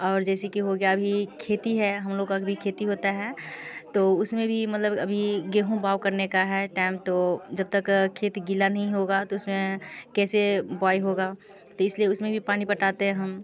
और जैसे कि हो गया अभी खेती है हम लोग का गृह खेती होता है तो उसमें भी मतलब अभी गेहूँ बाऊ करने का है टैम तो जब तक खेत गीला नहीं होगा तो उसमें कैसे बुबाई होगा तो इसलिए उसमें भी पानी पटाते हम